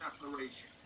Declaration